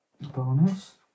Bonus